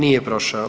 Nije prošao.